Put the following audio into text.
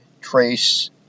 trace